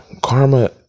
karma